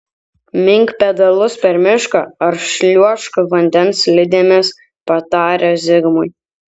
mink pedalus per mišką ar šliuožk vandens slidėmis patarė zigmui